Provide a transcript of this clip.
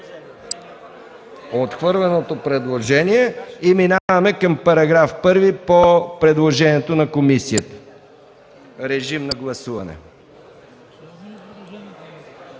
Отхвърлено е предложението. Преминаваме към § 1 по предложението на комисията. Режим на гласуване.